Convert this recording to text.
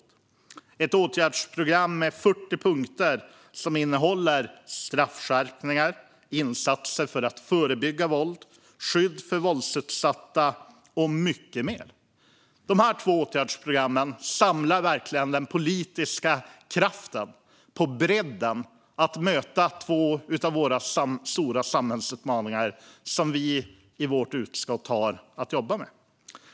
Det är ett åtgärdsprogram med 40 punkter som innehåller straffskärpningar, insatser för att förebygga våld, skydd för våldsutsatta och mycket mer. Dessa båda åtgärdsprogram samlar verkligen den politiska kraften på bredden när det gäller att möta två av de stora samhällsutmaningar som vi i vårt utskott har att jobba med.